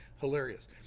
Hilarious